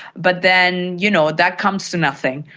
but then you know that comes to nothing.